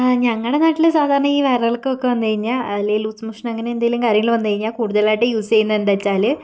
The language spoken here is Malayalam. ഞങ്ങളുടെ നാട്ടിൽ സാധാരണ ഈ വയറിളക്കമൊക്കെ വന്നു കഴിഞ്ഞാൽ അല്ലെ ലൂസ് മോഷൻ അങ്ങനെ എന്തെങ്കിലും കാര്യങ്ങൾ വന്നു കഴിഞ്ഞാൽ കൂടുതലായിട്ട് യൂസ് ചെയ്യുന്നത് എന്താച്ചാല്